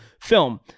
film